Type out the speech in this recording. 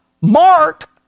Mark